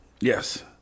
Yes